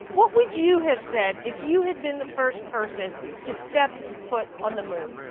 what would you have said if you had been the first person to step foot on the moon?